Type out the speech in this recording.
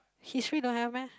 history don't have meh